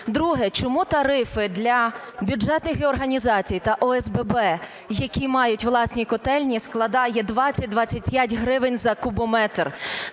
Друге. Чому тарифи для бюджетних організацій та ОСББ, які мають власні котельні, складають 20-25 гривень за кубометр?